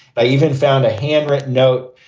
i even found a handwritten note,